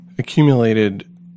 Accumulated